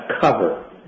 cover